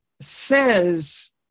says